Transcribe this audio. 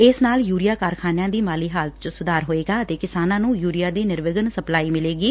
ਇਸ ਨਾਲ ਯੁਰੀਆ ਕਾਰਖ਼ਾਨਿਆਂ ਦੀ ਮਾਲੀ ਹਾਲਤ ਚ ਸੁਧਾਰ ਹੋਏਗਾ ਅਤੇ ਕਿਸਾਨਾਂ ਨੂੰ ਯੂਰੀਆ ਦੀ ਨਿਰਵਿਘਨ ਸਪਲਾਈ ਮਿਲੇਗੀ